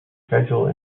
schedule